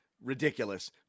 ridiculous